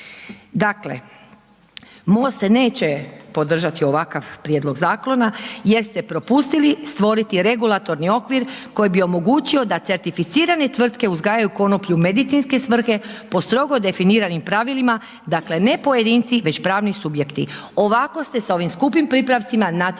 Dakle, MOST se neće podržati ovakav prijedlog zakona jer ste propustili stvoriti regulatorni okvir koji bi omogućio da certificirane tvrtke uzgajaju konoplju u medicinske svrhe po strogo definiranim pravilima, dakle, ne pojedinci, nego pravni subjekti. Ovako ste s ovim skupim pripravcima natjerali